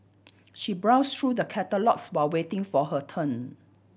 she browsed through the catalogues while waiting for her turn